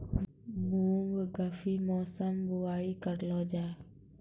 मूंग गर्मी मौसम बुवाई करलो जा?